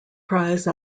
prize